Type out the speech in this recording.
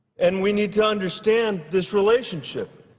and we need to understand this relationship.